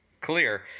clear